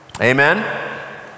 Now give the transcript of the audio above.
Amen